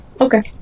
Okay